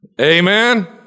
Amen